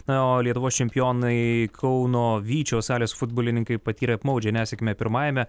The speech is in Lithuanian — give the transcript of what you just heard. na o lietuvos čempionai kauno vyčio salės futbolininkai patyrė apmaudžią nesėkmę pirmajame